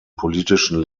politischen